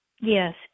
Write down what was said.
Yes